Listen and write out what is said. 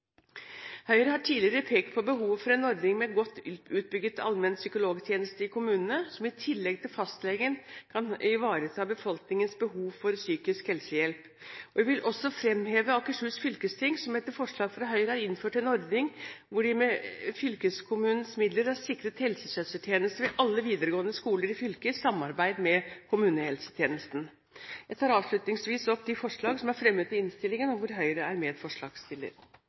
Høyre har tidligere pekt på behovet for en ordning med en godt utbygget allmenn psykologtjeneste i kommunene, som i tillegg til fastlegen kan ivareta befolkningens behov for psykisk helsehjelp. Jeg vil også fremheve Akershus fylkesting, som etter forslag fra Høyre har innført en ordning hvor de med fylkeskommunens midler har sikret helsesøstertjeneste ved alle videregående skoler i fylket i samarbeid med kommunehelsetjenesten. Jeg tar avslutningsvis opp de forslagene som er fremmet i innstillingen hvor Høyre er medforslagsstiller.